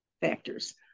factors